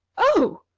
oh!